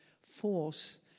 force